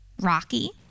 Rocky